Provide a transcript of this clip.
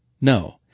No